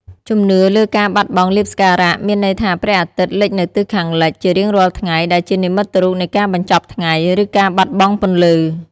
ជំនឿលើការបាត់បង់លាភសក្ការៈ មានន័យថាព្រះអាទិត្យលិចនៅទិសខាងលិចជារៀងរាល់ថ្ងៃ ដែលជានិមិត្តរូបនៃការបញ្ចប់ថ្ងៃ ឬការបាត់បង់ពន្លឺ។